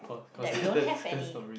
that we don't have any